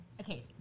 okay